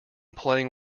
playing